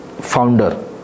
founder